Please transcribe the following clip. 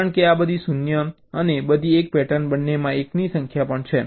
કારણ કે આ બધી 0 અને બધી 1 પેટર્ન બંનેમાં એકની સંખ્યા પણ છે